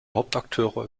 hauptakteure